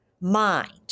mind